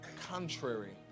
contrary